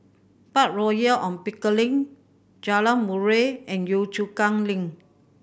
Park Royal On Pickering Jalan Murai and Yio Chu Kang Link